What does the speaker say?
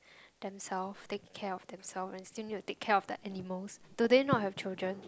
themselves take care of themselves and still need to take care of the animals do they not have children